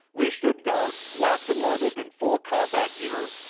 we stood guard, locked and loaded in full combat gear,